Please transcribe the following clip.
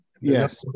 Yes